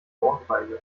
ohrfeige